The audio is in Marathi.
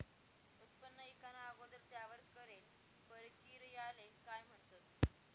उत्पन्न ईकाना अगोदर त्यावर करेल परकिरयाले काय म्हणतंस?